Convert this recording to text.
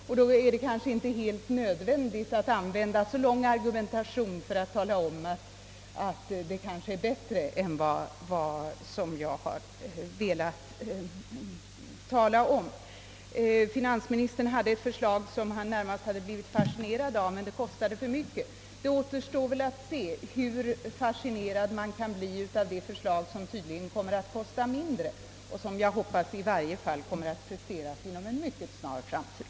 Det hade därför kanske inte varit nödvändigt att använda en så lång argumentation för att tala om att läget är bättre än vad jag gjorde gällande. Finansministern nämnde i detta sammanhang ett förslag, som han hade bli vit fascinerad av men som skulle kosta för mycket att genomföra. Det återstår att se hur fascinerad man kan bli av ett annat förslag, som tydligen kommer att kosta mindre och som jag hoppas kommer att framläggas inom en mycket snar framtid.